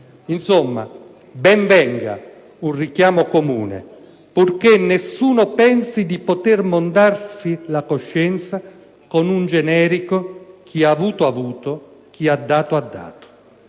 Insomma, ben venga un richiamo comune, purché nessuno pensi di potersi mondare la coscienza con un generico «chi ha avuto ha avuto, chi ha dato ha dato».